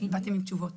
שבאתם עם תשובות.